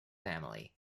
family